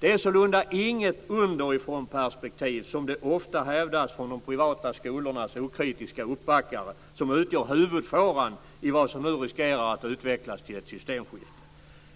Det är sålunda inget underifrånperspektiv, som det ofta hävdas från de privata skolornas okritiska uppbackare, som utgör huvudfåran i vad som nu riskerar att utvecklas till ett systemskifte.